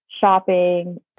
shopping